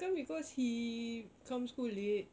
kan because he come school late